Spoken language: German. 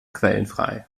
quellenfrei